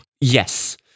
Yes